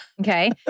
Okay